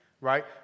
right